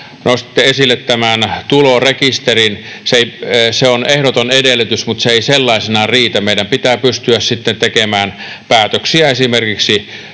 nostitte esille tämän tulorekisterin. Se on ehdoton edellytys, mutta se ei sellaisenaan riitä. Meidän pitää sitten pystyä tekemään päätöksiä esimerkiksi